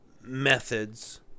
methods